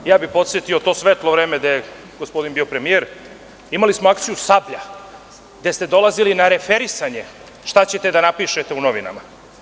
Podsetio bih, u to svetlo vreme, gde je gospodin bio premijer, imali smo akciju „Sablja“, gde ste dolazili na referisanje šta ćete da napišete u novinama.